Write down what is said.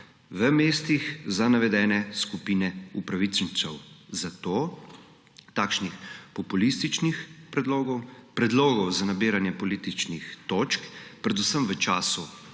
v mestih za navedene skupine upravičencev. Zato takšnih populističnih predlogov, predlogov za nabiranje političnih točk, predvsem v času,